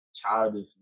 childish